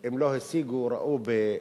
אם לא השיגו, ראו במדדים